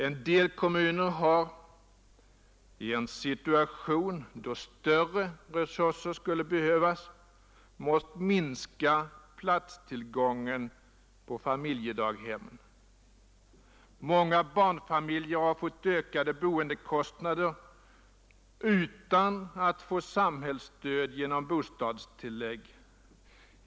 En del kommuner har i en situation då större resurser skulle behövas måst minska platstillgången på familjedaghem. Många barnfamiljer har fått ökade boendekostnader utan att erhålla något samhällsstöd genom bostadstillägg.